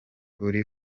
uri